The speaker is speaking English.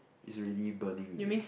is already burning already